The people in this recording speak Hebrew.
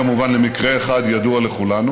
זה שייך כמובן למקרה אחד ידוע לכולנו,